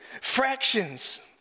fractions